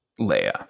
Leia